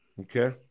Okay